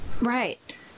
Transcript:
Right